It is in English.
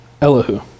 Elihu